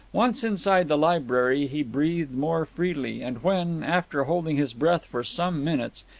once inside the library he breathed more freely, and when, after holding his breath for some minutes,